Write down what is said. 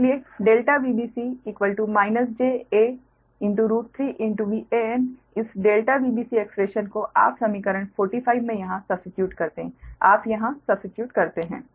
इसलिए ∆Vbc -j a3 Van इस ∆Vbc expression को आप समीकरण 45 में यहाँ सब्स्टीट्यूट करते हैं आप यहाँ सब्स्टीट्यूट करते हैं